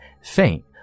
faint